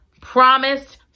promised